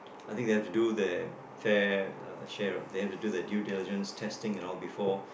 I think they have to do their fair share they have to do their due diligence testing and all before